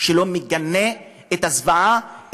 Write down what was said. שלא מגנה את הזוועה,